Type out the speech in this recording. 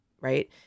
Right